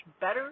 better